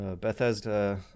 Bethesda